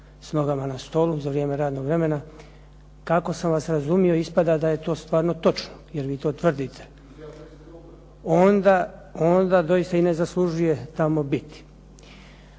s nogama na stolu za vrijeme radnog vremena. Kako sam vas razumio ispada da je to stvarno točno, jer vi to tvrdite. Onda doista i ne zaslužuje tamo biti.